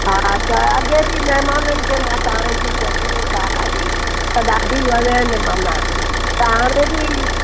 हां त अॻे बि महिमाननि खे मां तव्हांजी चटिणी खारायी हुई त ॾाढी वणयनि माना त हाणे बि